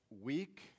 week